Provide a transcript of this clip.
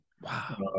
Wow